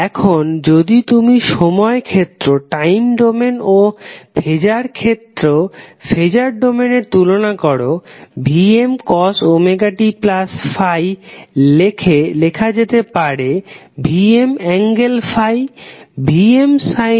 এখন যদি তুমি সময় ক্ষেত্র ও ফেজার ক্ষেত্রর তুলনা করো Vmωt∅ লেখে যেতে পারে Vm∠∅